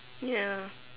ya